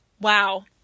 Wow